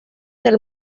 del